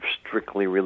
strictly